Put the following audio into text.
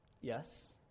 Yes